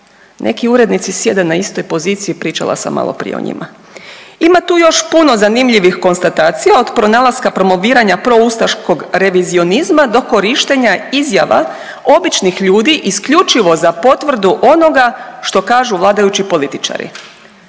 neki urednici sjede na istoj poziciji, pričala sam maloprije o njima. Ima tu još puno zanimljivih konstatacija od pronalaska promoviranja proustaškog revizionizma do korištenja izjava običnih ljudi isključivo za potvrdu onoga što kažu vladajući političari.